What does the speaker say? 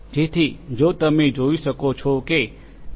જેથી જો તમે જોઈ શકો છો કે એમ